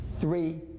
three